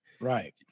Right